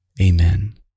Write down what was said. Amen